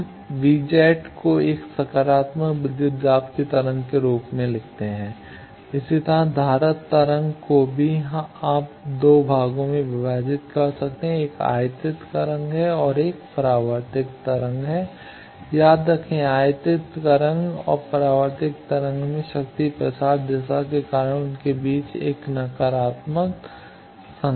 हम V को एक सकारात्मक विद्युत दाब की तरंग के रूप में लिखते हैं −¿ e jβz ¿ e− jβz V ¿ V V ¿ इसी तरह धारा तरंग को भी आप दो भागों में विभाजित कर सकते हैं 1 आयातित तरंग है एक और परावर्तित तरंग है याद रखें आयातित तरंग और परावर्तित तरंग में शक्ति प्रसार दिशा के कारण उनके बीच एक नकारात्मक संकेत है